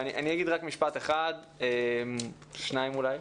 אני אגיד רק משפט אחד, שניים אולי.